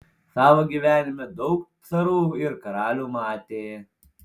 savo gyvenime daug carų ir karalių matė